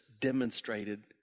demonstrated